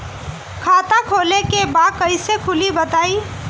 खाता खोले के बा कईसे खुली बताई?